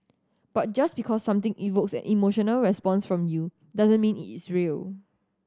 but just because something evokes an emotional response from you doesn't mean it is real